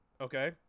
Okay